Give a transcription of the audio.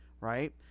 right